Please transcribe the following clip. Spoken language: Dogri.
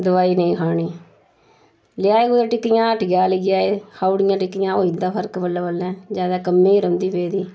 दवाई नेईं खानी लेआए कुदै टिक्कियां हट्टिया लेई आए खाउड़ियां टिक्कियां होई जंदा फर्क बल्लें बल्लें ज्यादा कम्मै गै रौंह्दी पेदी